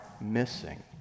missing